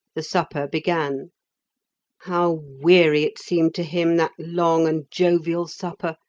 the supper began how weary it seemed to him, that long and jovial supper,